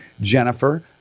Jennifer